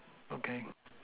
okay